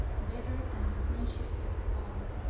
better than the friendship of the boer.